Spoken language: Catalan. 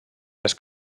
les